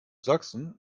sachsen